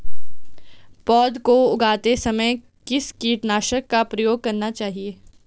पौध को उगाते समय किस कीटनाशक का प्रयोग करना चाहिये?